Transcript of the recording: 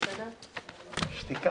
בשעה